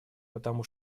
потому